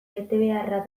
betebeharra